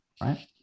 right